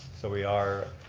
so we are.